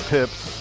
Pips